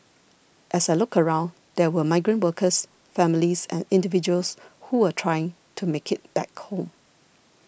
as I looked around there were migrant workers families and individuals who were trying to make it back home